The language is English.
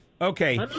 Okay